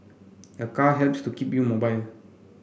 a car helps to keep you mobile